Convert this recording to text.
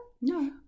No